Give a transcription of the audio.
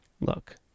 Look